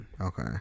Okay